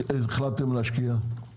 נשמע את הכללית.